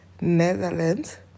Netherlands